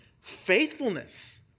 faithfulness